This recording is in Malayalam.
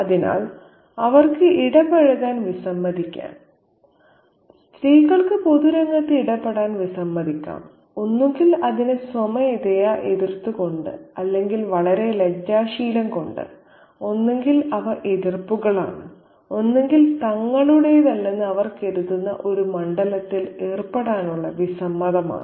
അതിനാൽ അവർക്ക് ഇടപഴകാൻ വിസമ്മതിക്കാം സ്ത്രീകൾക്ക് പൊതുരംഗത്ത് ഇടപെടാൻ വിസമ്മതിക്കാം ഒന്നുകിൽ അതിനെ സ്വമേധയാ എതിർത്തു കൊണ്ട് അല്ലെങ്കിൽ വളരെ ലജ്ജാശീലം കൊണ്ട് ഒന്നുകിൽ അവ എതിർപ്പുകളാണ് ഒന്നുകിൽ തങ്ങളുടേതല്ലെന്ന് അവർ കരുതുന്ന ഒരു മണ്ഡലത്തിൽ ഏർപ്പെടാനുള്ള വിസമ്മതമാണ്